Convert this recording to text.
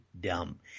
dumb